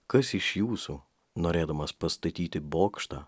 kas iš jūsų norėdamas pastatyti bokštą